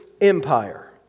empire